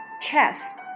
Chess